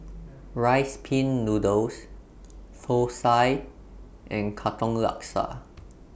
Rice Pin Noodles Thosai and Katong Laksa